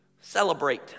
celebrate